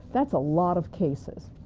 that's a lot of cases.